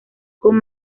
con